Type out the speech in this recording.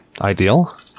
ideal